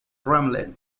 kremlin